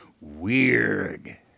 Weird